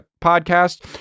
podcast